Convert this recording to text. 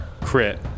crit